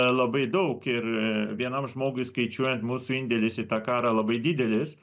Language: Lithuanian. labai daug ir vienam žmogui skaičiuojant mūsų indėlis į tą karą labai didelis